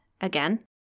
again